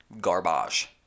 Garbage